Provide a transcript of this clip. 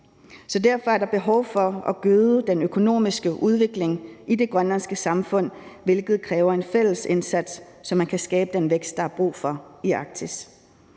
Derfor er der behov for at gøde den økonomiske udvikling i det grønlandske samfund, hvilket kræver en fælles indsats, så man kan skabe den vækst, der er brug for i Arktis.